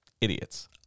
Idiots